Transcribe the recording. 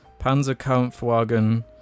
Panzerkampfwagen